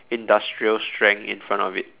industrial strength in front of it